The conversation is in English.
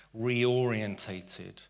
reorientated